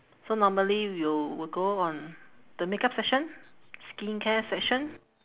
so normally we'll we'll go on the makeup section skincare section